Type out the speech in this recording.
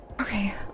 Okay